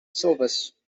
syllabus